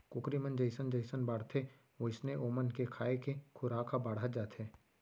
कुकरी मन जइसन जइसन बाढ़थें वोइसने ओमन के खाए के खुराक ह बाढ़त जाथे